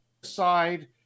side